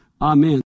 amen